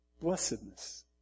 blessedness